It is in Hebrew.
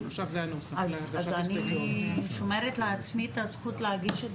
אז אני שומרת לעצמי את הזכות להגיש את